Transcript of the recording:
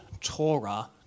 Torah